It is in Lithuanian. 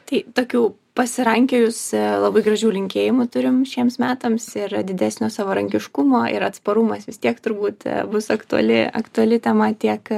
tai tokių pasirankiojusi labai gražių linkėjimų turim šiems metams ir didesnio savarankiškumo ir atsparumas vis tiek turbūt bus aktuali aktuali tema tiek